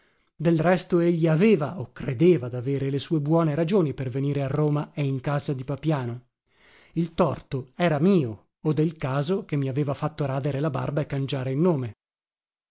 del resto egli aveva o credeva davere le sue buone ragioni per venire a roma e in casa di papiano il torto era mio o del caso che mi aveva fatto radere la barba e cangiare il nome